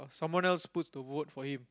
someone else puts the vote for him